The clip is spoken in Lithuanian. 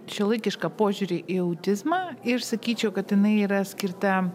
šiuolaikišką požiūrį į autizmą ir sakyčiau kad jinai yra skirta